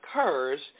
occurs